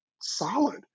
solid